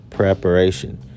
Preparation